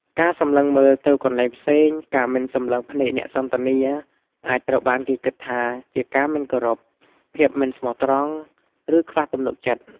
ការសម្លឹងមើលទៅកន្លែងផ្សេង ការមិនសម្លឹងភ្នែកអ្នកសន្ទនា អាចត្រូវបានគេគិតថាជាការមិនគោរព ភាពមិនស្មោះត្រង់ ឬខ្វះទំនុកចិត្ត។